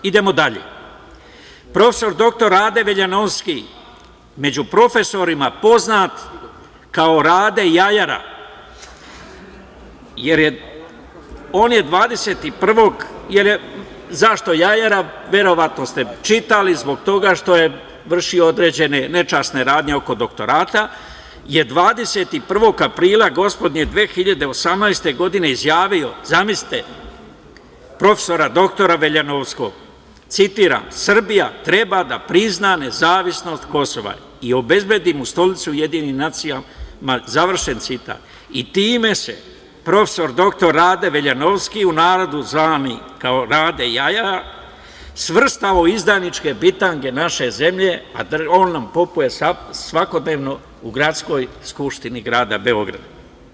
Idemo dalje, prof. dr Rade Veljanovski među profesorima poznat kao „Rade jajara“, zašto jajara, verovatno ste čitali, zbog toga što je vršio određene nečasne radnje oko doktorata, 21.04.2018. godine je izjavio, zamislite prof. dr Veljanovskog, citiram: „Srbija treba da prizna nezavisnost Kosova i obezbedi mu stolicu u Ujedinjenim nacijama“, i time se prof. dr Rade Veljanovski, u narodu zvani kao „Rade jajara“ svrstao u izdajničke bitange naše zemlje, a on nam popuje svakodnevno u Gradskoj skupštini grada Beograda.